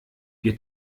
wir